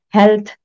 health